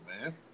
man